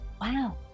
Wow